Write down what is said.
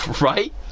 Right